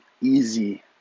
easy